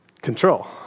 Control